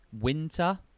winter